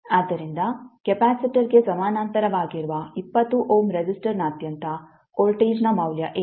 ಆದ್ದರಿಂದ ಕೆಪಾಸಿಟರ್ಗೆ ಸಮಾನಾಂತರವಾಗಿರುವ 20 ಓಮ್ ರೆಸಿಸ್ಟರ್ನಾದ್ಯಂತ ವೋಲ್ಟೇಜ್ನ ಮೌಲ್ಯ ಏನು